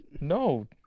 no